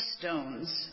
stones